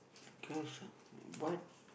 cause uh what